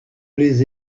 les